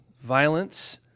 violence